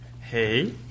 hey